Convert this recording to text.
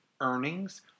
earnings